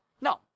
No